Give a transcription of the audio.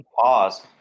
pause